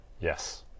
Yes